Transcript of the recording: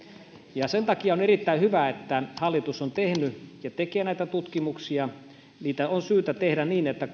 ja sen takia on erittäin hyvä että hallitus on tehnyt ja tekee näitä tutkimuksia niitä on syytä tehdä niin että